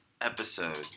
episode